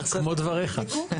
כמו דבריך.